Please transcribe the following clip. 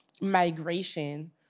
migration